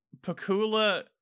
Pacula